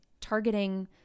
targeting